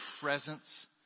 presence